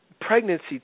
Pregnancy